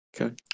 Okay